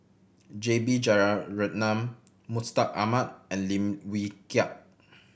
J B Jeyaretnam Mustaq Ahmad and Lim Wee Kiak